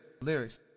Lyrics